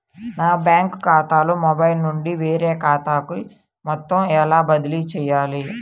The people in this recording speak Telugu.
నా బ్యాంక్ ఖాతాలో మొబైల్ నుండి వేరే ఖాతాకి మొత్తం ఎలా బదిలీ చేయాలి?